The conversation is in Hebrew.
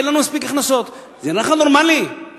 זה עלה בממשלה הזאת.